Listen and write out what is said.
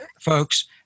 Folks